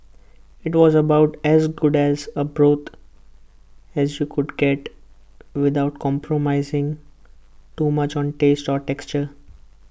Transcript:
IT was about as good as A broth as you could get without compromising too much on taste or texture